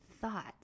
thoughts